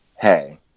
hey